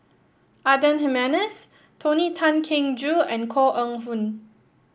Adan Jimenez Tony Tan Keng Joo and Koh Eng Hoon